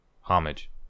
homage